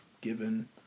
given